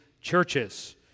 Churches